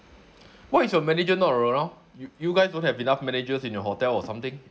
why is your manager not r~ around you you guys don't have enough managers in your hotel or something